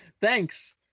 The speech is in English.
thanks